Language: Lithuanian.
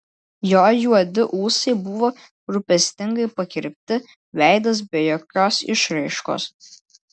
jo juodi ūsai buvo rūpestingai pakirpti veidas be jokios išraiškos